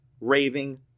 raving